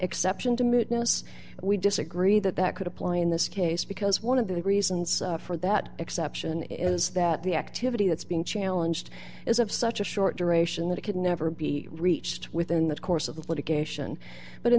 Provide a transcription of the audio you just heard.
exception to midnights we disagree that that could apply in this case because one of the reasons for that exception is that the activity that's being challenged is of such a short duration that it could never be reached within the course of the litigation but in